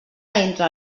entre